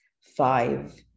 five